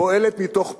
פועלת מתוך פחד,